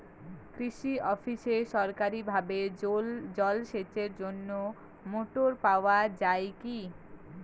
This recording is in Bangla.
কৃষি অফিসে সরকারিভাবে জল সেচের জন্য মোটর পাওয়া যায় কি?